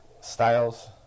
Styles